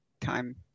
time